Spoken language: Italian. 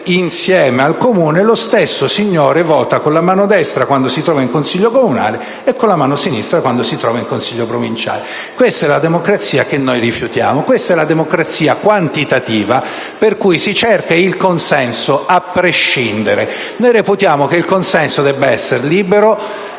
insieme al Comune, lo stesso signore vota con la mano destra quando si trova in Consiglio comunale e con la mano sinistra quando si trova in Consiglio provinciale. Questa è la democrazia che noi rifiutiamo. Questa è la democrazia quantitativa per cui si cerca il consenso a prescindere. Noi reputiamo che il consenso debba essere libero.